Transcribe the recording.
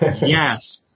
yes